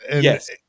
yes